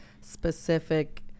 specific